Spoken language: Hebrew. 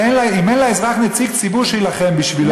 ואם אין לאזרח נציג ציבור שיילחם בשבילו,